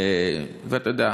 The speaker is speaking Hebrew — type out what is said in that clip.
אתה יודע,